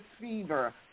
fever